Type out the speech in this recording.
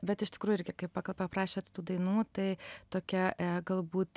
bet iš tikrųjų irgi kai paprašėt tų dainų tai tokia e galbūt